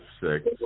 six